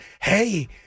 hey